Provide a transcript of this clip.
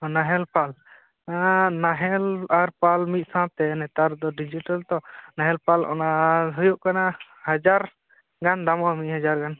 ᱱᱟᱦᱮᱞ ᱯᱷᱟᱞ ᱱᱟᱦᱮᱞ ᱟᱨ ᱯᱷᱟᱞ ᱢᱤᱫ ᱥᱟᱶᱛᱮ ᱱᱮᱛᱟᱨ ᱫᱚ ᱰᱤᱡᱤᱴᱮᱞ ᱛᱚ ᱱᱟᱦᱮᱞ ᱯᱟᱞ ᱚᱱᱟ ᱦᱩᱭᱩᱜ ᱠᱟᱱᱟ ᱦᱟᱡᱟᱨ ᱜᱟᱱ ᱫᱟᱢᱚᱜᱼᱟ ᱢᱤᱫ ᱦᱟᱡᱟᱨ ᱜᱟᱱ